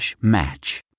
match